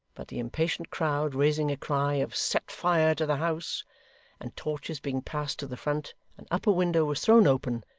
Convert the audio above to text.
but the impatient crowd raising a cry of set fire to the house and torches being passed to the front, an upper window was thrown open,